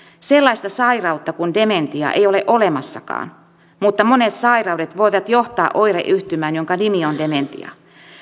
sellaista sairautta kuin dementia ei ole olemassakaan mutta monet sairaudet voivat johtaa oireyhtymään jonka nimi on dementia